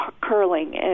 curling